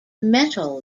metal